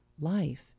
Life